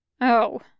Oh